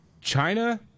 China